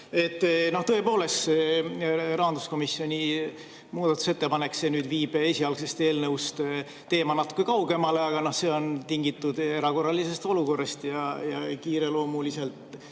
Tõepoolest, see rahanduskomisjoni muudatusettepanek viib nüüd esialgsest eelnõust teema natuke kaugemale, aga see on tingitud erakorralisest olukorrast ja kiireloomuliselt